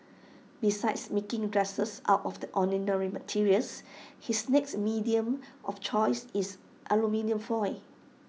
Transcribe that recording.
besides making dresses out of the ordinary materials his next medium of choice is aluminium foil